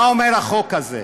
מה אומר החוק הזה?